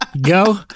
go